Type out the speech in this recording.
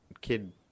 kid